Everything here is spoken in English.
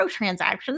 microtransactions